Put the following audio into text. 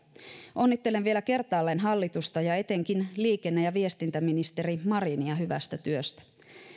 onnittelen vielä kertaalleen hallitusta ja etenkin liikenne ja viestintäministeri marinia hyvästä työstä